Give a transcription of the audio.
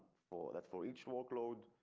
for that for each workload,